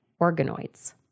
organoids